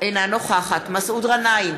אינה נוכחת מסעוד גנאים,